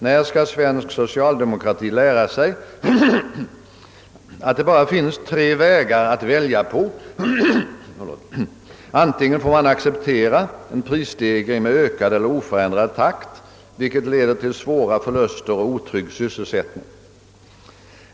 När skall svensk socialdemokrati lära sig att det bara finns tre vägar att välja på: antingen får man acceptera en prisstegring i ökad eller oförändrad takt, vilket leder till svåra förluster och otrygg sysselsättning.